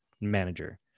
manager